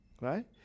Right